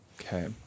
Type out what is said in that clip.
Okay